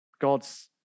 God's